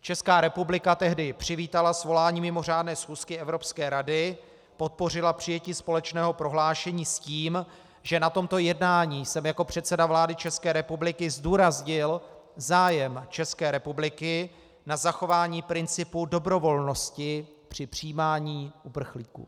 Česká republika tehdy přivítala svolání mimořádné schůzky Evropské rady, podpořila přijetí společného prohlášení s tím, že na tomto jednání jsem jako předseda vlády České republiky zdůraznil zájem České republiky na zachování principu dobrovolnosti při přijímání uprchlíků.